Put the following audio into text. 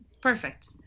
Perfect